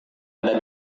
ada